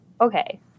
Okay